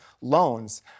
loans